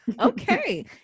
Okay